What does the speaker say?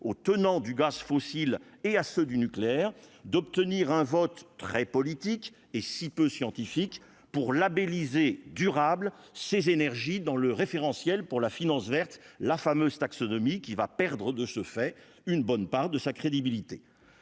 aux tenants du gaz fossile et à ceux du nucléaire, d'obtenir un vote très politique et si peu scientifique pour labelliser durable ces énergies dans le référentiel pour la finance verte, la fameuse taxonomie qui va perdre, de ce fait, une bonne part de sa crédibilité